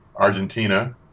Argentina